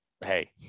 hey